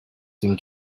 tym